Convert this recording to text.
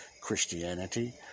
Christianity